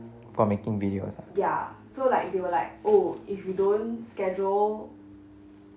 for making videos ah